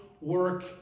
work